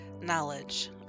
knowledge